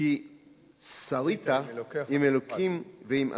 כי שרית עם אלהים ועם אנשים,